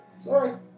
Sorry